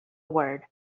word